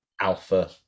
Alpha